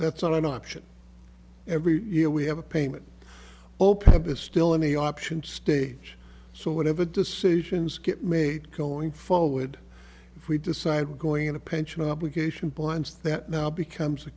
that's not an option every year we have a payment opap is still in the option stage so whatever decisions get made going forward if we decide we're going on a pension obligation blinds that now becomes a